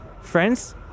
friends